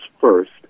first